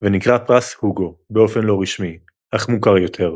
ונקרא "פרס הוגו" באופן לא רשמי אך מוכר יותר.